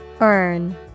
earn